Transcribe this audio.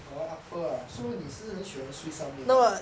orh upper ah so 你是很喜欢睡上面 ah